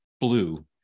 blue